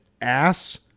ass-